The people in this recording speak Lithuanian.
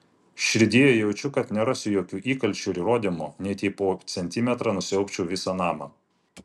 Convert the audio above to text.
širdyje jaučiu kad nerasiu jokių įkalčių ir įrodymų net jei po centimetrą nusiaubčiau visą namą